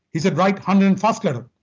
he said, write hundred and first but